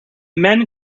men